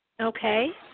okay